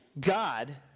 God